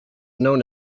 known